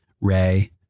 Ray